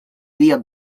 via